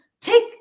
take